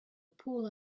pool